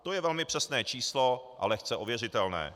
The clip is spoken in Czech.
To je velmi přesné číslo a lehce ověřitelné.